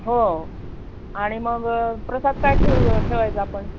हो आणि मग प्रसाद काय ठेव ठेवायचं आपण